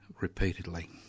repeatedly